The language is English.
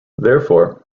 therefore